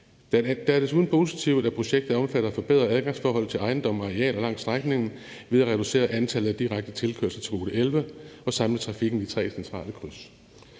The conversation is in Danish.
Det er desuden positivt, at projektet omfatter at forbedre adgangsforholdene til ejendomme og arealer langs strækningen ved at reducere antallet af direkte tilkørsler til rute 11 og samle trafikken i tre centrale kryds.